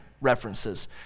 references